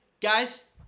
Guys